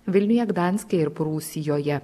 vilniuje gdanske ir prūsijoje